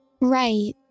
Right